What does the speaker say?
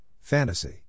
Fantasy